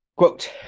Quote